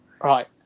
right